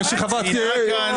שנייה, רק רגע.